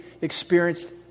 experienced